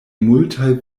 multaj